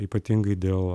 ypatingai dėl